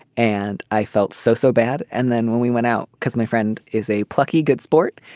and i felt so, so bad. and then when we went out, because my friend is a plucky, good sport,